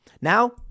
Now